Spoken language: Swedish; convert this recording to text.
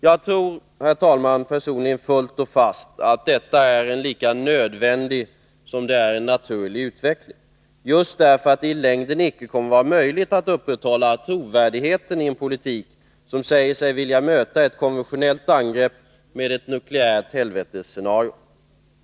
Jag tror personligen, herr talman, fullt och fast att detta är en lika nödvändig som naturlig utveckling; just därför att det i sammanhanget icke kommer att vara möjligt att upprätthålla trovärdigheten i en politik som säger sig vilja möta ett konventionellt angrepp med ett nukleärt helvetesscenario.